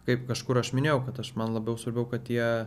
kaip kažkur aš minėjau kad aš man labiau svarbiau kad jie